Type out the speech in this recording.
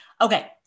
Okay